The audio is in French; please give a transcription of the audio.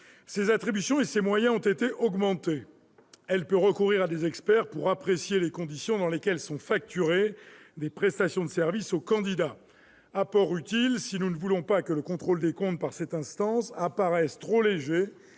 Ses attributions et ses moyens ont été augmentés. Elle peut recourir à des experts pour apprécier les conditions dans lesquelles sont facturées des prestations de service aux candidats. Cet apport est utile si nous ne voulons pas que le contrôle des comptes par cette instance paraisse trop léger